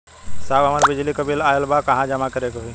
साहब हमार बिजली क बिल ऑयल बा कहाँ जमा करेके होइ?